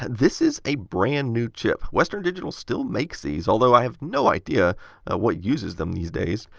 this is a brand new chip, western digital still makes these, although i have no idea what uses them these days.